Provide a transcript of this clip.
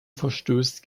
verstößt